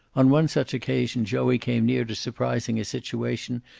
on one such occasion joey came near to surprising a situation,